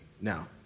Now